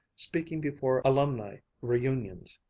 speaking before alumni reunions.